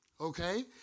Okay